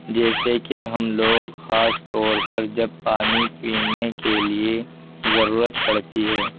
جیسے کہ ہم لوگ خاص طور پر جب پانی پینے کے لیے ضرورت پڑتی ہے